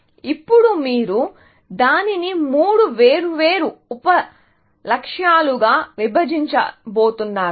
ఇప్పుడు మీరు దానిని మూడు వేర్వేరు ఉప లక్ష్యాలుగా విభజించబోతున్నారు